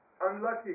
unlucky